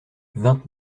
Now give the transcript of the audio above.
vingt